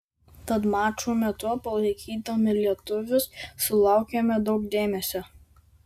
tad mačų metu palaikydami lietuvius sulaukėme daug dėmesio